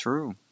True